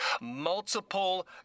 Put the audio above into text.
multiple